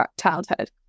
childhood